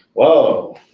whoa.